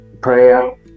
prayer